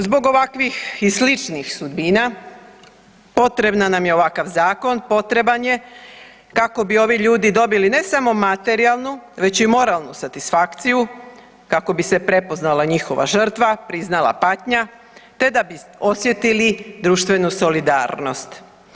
Zbog ovakvih i sličnih sudbina potreban nam je ovakav zakon, potreban je kako bi ovi ljudi dobili ne samo materijalnu već i moralnu satisfakciju kako bi se prepoznala njihova žrtva, priznala patnja te da bi osjetili društvenu solidarnost.